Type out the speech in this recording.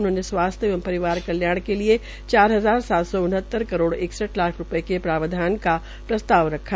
उन्होंने स्वासथ्य एंव परिवार कल्याण के लिए चार हजार सात सौ उन्हतर करोड़ इकसठ लाख रूपये के प्रावधान का प्रस्ताव रखा